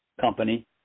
company